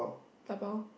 dabao